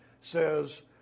says